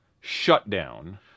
shutdown